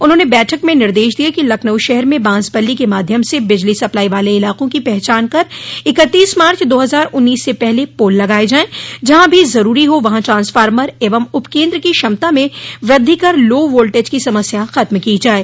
उन्होंने बैठक में निर्देश दिये कि लखनऊ शहर में बांस बल्ली के माध्यम से बिजली सप्लाई वाले इलाकों की पहचान कर इकतीस मार्च दो हजार उन्नीस से पहले पोल लगाये जाये जहां भी जरूरी हो वहां ट्रांसफार्मर एवं उपकेन्द्र की क्षमता में वृद्धि कर लो वोल्टेज की समस्या खत्म की जाये